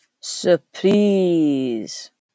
Surprise